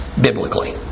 biblically